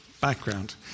background